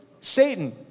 Satan